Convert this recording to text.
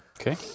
Okay